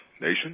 Nation